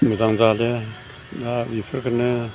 मोजां जालिया दा बेफोरखौनो